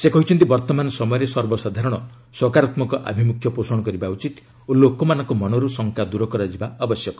ସେ କହିଛନ୍ତି ବର୍ତ୍ତମାନ ସମୟରେ ସର୍ବସାଧାରଣ ସକାରାତ୍ମକ ଆଭିମୁଖ୍ୟ ପୋଷଣ କରିବା ଉଚିତ୍ ଓ ଲୋକମାନଙ୍କ ମନରୁ ଶଙ୍କା ଦୂର କରାଯିବା ଆବଶ୍ୟକ